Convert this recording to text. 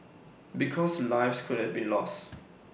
because lives could have been lost